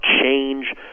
change